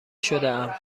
شدهام